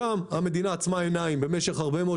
שם המדינה עצמה עיניים במשך הרבה מאוד